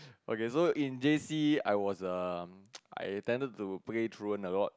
okay so in J_C I was um I attended to play truant a lot